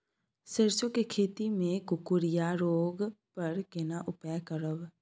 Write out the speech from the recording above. सरसो के खेती मे कुकुरिया रोग पर केना उपाय करब?